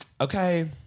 okay